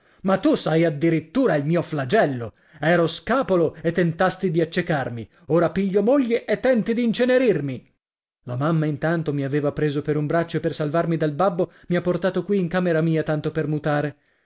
ma tu sei addirittura il mio flagello ero scapolo e tentasti di accecarmi ora piglio moglie e tenti di incenerirmi la mamma intanto mi aveva preso per un braccio e per salvarmi dal babbo mi ha portato qui in camera mia tanto per mutare